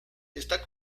está